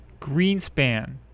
Greenspan